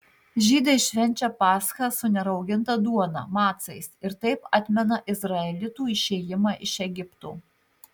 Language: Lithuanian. žydai švenčia paschą su nerauginta duona macais ir taip atmena izraelitų išėjimą iš egipto